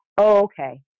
Okay